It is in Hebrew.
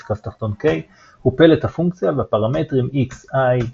y=F_{k} הוא פלט הפונקציה והפרמטרים x i ,